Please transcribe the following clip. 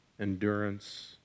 endurance